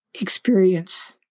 experience